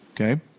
okay